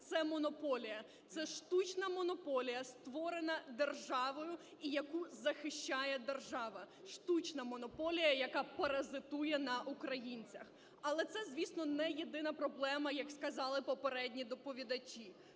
це монополія, це штучна монополія, створена державою і яку захищає держава, штучна монополія, яка паразитує на українцях. Але це, звісно, не єдина проблема, як сказали попередні доповідачі.